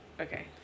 okay